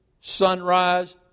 sunrise